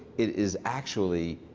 it is actually